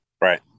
Right